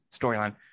storyline